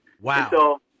Wow